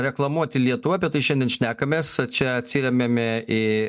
reklamuoti lietuvą apie tai šiandien šnekamės čia atsiremiame į